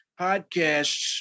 podcasts